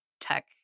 tech